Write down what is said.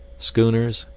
schooners,